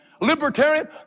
libertarian